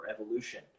evolution